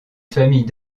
famille